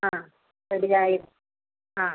ആ റെഡിയായി ആ